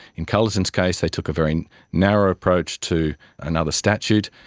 in culleton's case they took a very narrow approach to another statute.